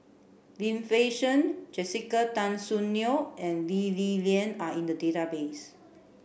Lim Fei Shen Jessica Tan Soon Neo and Lee Li Lian are in the database